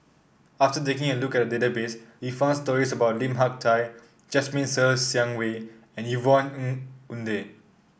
after taking a look at the database we found stories about Lim Hak Tai Jasmine Ser Xiang Wei and Yvonne Ng Uhde